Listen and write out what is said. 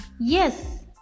Yes